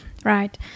Right